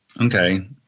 Okay